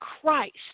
Christ